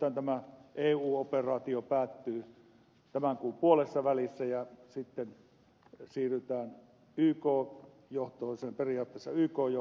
nythän tämä eu operaatio päättyy tämän kuun puolessavälissä ja sitten siirrytään periaatteessa yk johtoiseen operaatioon